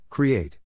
Create